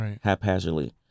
haphazardly